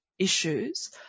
issues